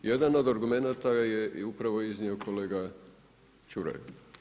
Jedan od argumenata je i upravo iznio kolega Čuraj.